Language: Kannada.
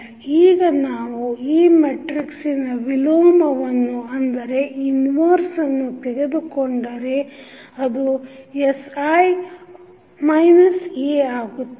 ಈಗ ನಾವು ಈ ಮೆಟ್ರಿಕ್ಸಿನ ವಿಲೋಮವನ್ನು ತೆಗೆದುಕೊಂಡರೆ ಅದು sI A ಆಗುತ್ತದೆ